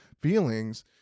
feelings